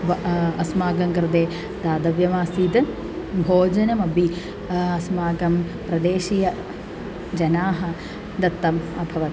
व अस्माकं कृते दातव्यमासीत् भोजनमपि अस्माकं प्रदेशीय जनाः दत्तम् अभवत्